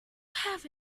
have